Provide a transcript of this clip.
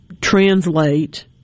translate